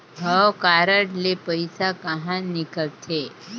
हव कारड ले पइसा कहा निकलथे?